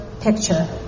picture